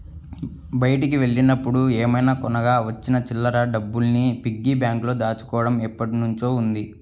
బయటికి వెళ్ళినప్పుడు ఏమైనా కొనగా వచ్చిన చిల్లర డబ్బుల్ని పిగ్గీ బ్యాంకులో దాచుకోడం ఎప్పట్నుంచో ఉంది